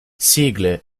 sigle